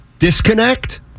disconnect